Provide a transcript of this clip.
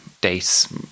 dates